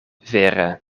vere